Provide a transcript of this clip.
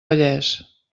vallès